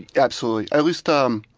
absolutely, at least um